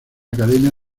academia